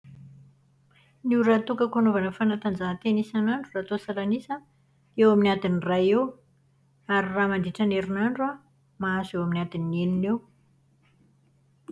Ny ora atokako hanaovana fanatanjahantena isanandro raha atao salan'isa an, eo amin'ny adiny iray eo. Ary raha mandritra ny herinandro an, mahazo eo amin'ny adiny enina eo.